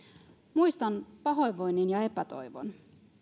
muistan pahoinvoinnin ja epätoivon